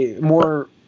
more